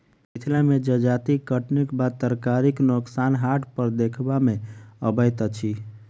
मिथिला मे जजाति कटनीक बाद तरकारीक नोकसान हाट पर देखबा मे अबैत अछि